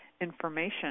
information